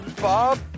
Bob